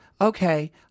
Okay